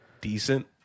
Decent